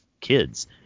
kids